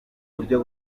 buryo